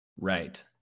Right